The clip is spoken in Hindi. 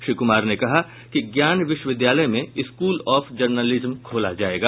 श्री कुमार ने कहा कि ज्ञान विश्वविद्यालय में स्कूल ऑफ जर्नालिज्म खोला जायेगा